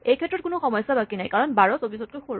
এইক্ষেত্ৰত কোনো সমস্যা বাকী নাই কাৰণ ১২ ২৪ তকৈ সৰু